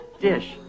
dish